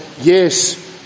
yes